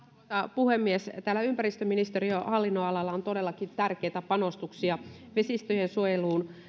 puhemies täällä ympäristöministeriön hallinnonalalla on todellakin tärkeitä panostuksia vesistöjen suojeluun